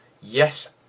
Yes